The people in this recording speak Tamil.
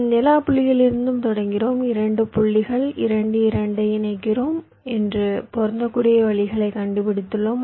நாம் எல்லா புள்ளிகளிலிருந்தும் தொடங்குகிறோம் 2 புள்ளிகள் 2 2 ஐ இணைக்கிறோம் என்று பொருந்தக்கூடிய வழியைக் கண்டுபிடித்துள்ளோம்